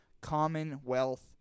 Commonwealth